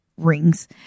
Rings